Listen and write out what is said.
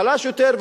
חלש יותר,